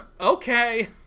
Okay